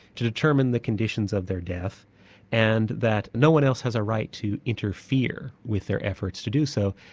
to determine the conditions of their death and that no-one else has a right to interfere with their efforts to do so.